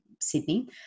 Sydney